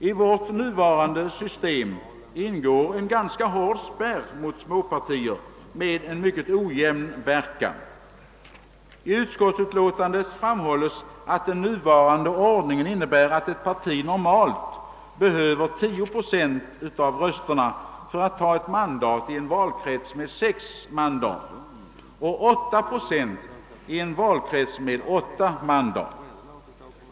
I vårt nuvarande system ingår en ganska hård spärr mot småpartier, men den har en mycket ojämn verkan, I ut skottsutlåtandet framhålles att den nuvarande ordningen innebär att ett parti normalt behöver 10 procent av rösterna för att ta ett mandat i en valkrets med sex mandat. I en valkrets med åtta mandat fordras 8 procent av rösterna för att ta ett mandat.